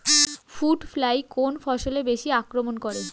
Fruit fly কোন ফসলে বেশি আক্রমন করে?